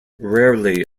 rarely